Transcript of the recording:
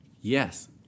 Yes